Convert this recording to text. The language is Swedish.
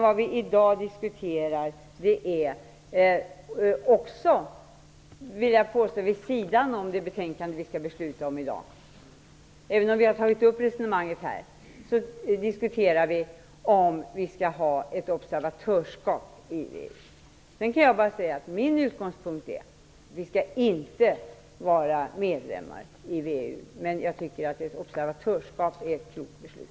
Vad vi i dag diskuterar vid sidan av betänkandet är om vi skall ha ett observatörskap i VEU. Min utgångspunkt är att vi inte skall vara medlemmar i VEU, men jag tycker att ett beslut om observatörskap vore ett klokt beslut.